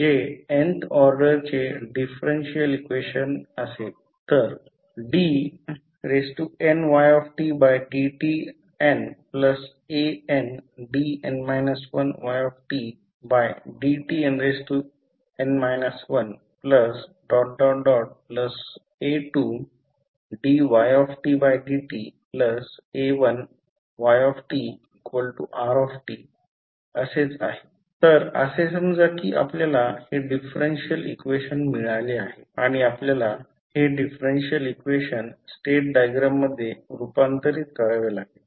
जे nth ऑर्डरचे differential equation आहे तर dnydtnandn 1ydtn 1a2dytdta1ytrt असेच आहे तर असे समजा की आपल्याला हे डिफरेन्शियल इक्वेशन मिळाले आहे आणि आपल्याला हे डिफरेन्शियल इक्वेशन स्टेट डायग्राममध्ये रूपांतरित करावे लागेल